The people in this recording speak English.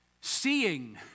Seeing